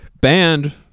banned